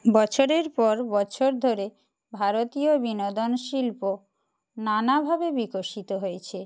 বছরের পর বছর ধরে ভারতীয় বিনোদন শিল্প নানাভাবে বিকশিত হয়েছে